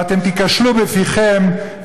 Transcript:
ואתם תיכשלו בפיכם,